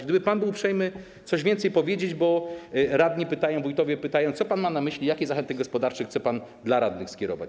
Gdyby pan był uprzejmy coś więcej powiedzieć, bo radni pytają, wójtowie pytają, co pan ma na myśli, jakie zachęty gospodarcze chce pan do radnych skierować.